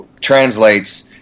translates